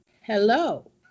hello